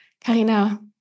Karina